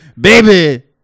baby